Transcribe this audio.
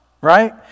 right